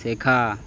শেখা